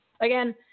again